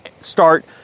start